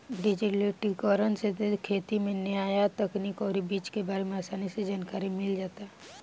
डिजिटलीकरण से खेती में न्या तकनीक अउरी बीज के बारे में आसानी से जानकारी मिल जाता